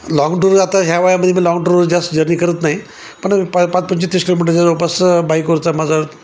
long tour आता ह्या वयामध्ये मी लाँग टूरवर जास्त जर्नी करत नाही पण पाच पंचवीस तीस किलोमीटरचा जवळपास बाईकवरचा माझा